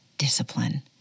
Discipline